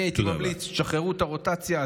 אני הייתי ממליץ: שחררו את הרוטציה,